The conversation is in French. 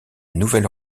nouvelle